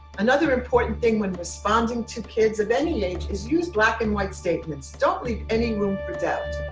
another important thing when responding to kids of any age is use black and white statements don't leave any room for doubt.